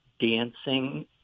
dancing